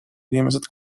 inimesed